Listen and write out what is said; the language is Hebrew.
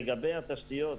לגבי התשתיות,